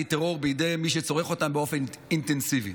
טרור בידי מי שצורך אותם באופן אינטנסיבי.